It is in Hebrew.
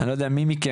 אני לא יודע מי מכם,